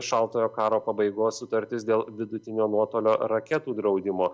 šaltojo karo pabaigos sutartis dėl vidutinio nuotolio raketų draudimo